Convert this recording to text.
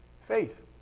Faith